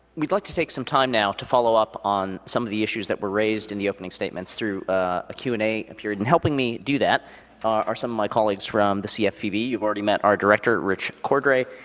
we'd like to take some time now to follow up on some of the issues that were raised in the opening statements through a q and a a period, and helping me do that are some of my colleagues from the cfpb. you have already met our director, rich cordray,